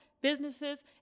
businesses